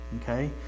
Okay